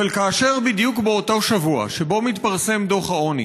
אבל כאשר בדיוק באותו שבוע שבו מתפרסם דוח העוני